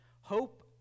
Hope